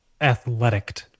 athletic